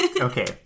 Okay